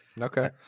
Okay